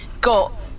got